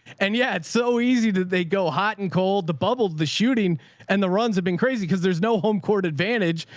and yet yeah it's so easy that they go hot and cold. the bubble, the shooting and the runs have been crazy because there's no home court advantage.